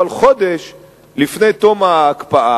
אבל חודש לפני תום ההקפאה,